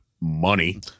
money